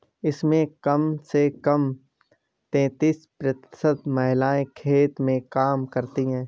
इसमें कम से कम तैंतीस प्रतिशत महिलाएं खेत में काम करती हैं